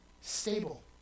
stable